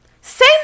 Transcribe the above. Say